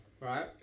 Right